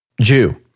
Jew